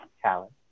challenge